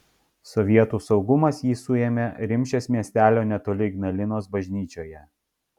sovietų saugumas jį suėmė rimšės miestelio netoli ignalinos bažnyčioje